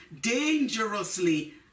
dangerously